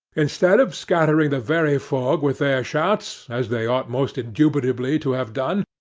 instead of scattering the very fog with their shouts, as they ought most indubitably to have done,